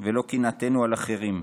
ולא קנאתנו על אחרים,